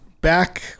back